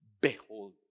behold